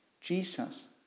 Jesus